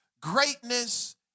Greatness